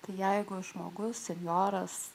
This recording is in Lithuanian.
tai jeigu žmogus senjoras